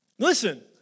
Listen